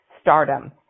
stardom